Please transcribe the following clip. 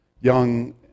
young